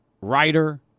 writer